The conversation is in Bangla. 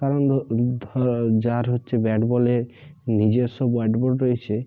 কারণ ধর যার হচ্ছে ব্যাট বলে নিজস্ব ব্যাট বল রয়েছে